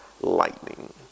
lightning